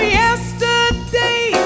yesterday